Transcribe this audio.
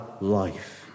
life